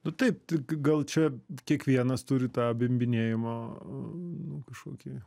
nu taip tik gal čia kiekvienas turi tą bimbinėjimo nu kažkokį